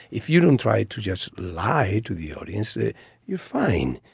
if you don't try to just lie to the audience you're fine.